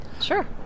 Sure